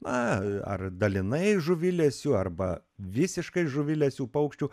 na ar dalinai žuvilesių arba visiškai žuvilesių paukščių